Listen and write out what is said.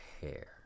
hair